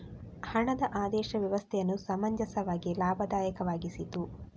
ಹಣದ ಆದೇಶ ವ್ಯವಸ್ಥೆಯನ್ನು ಸಮಂಜಸವಾಗಿ ಲಾಭದಾಯಕವಾಗಿಸಿತು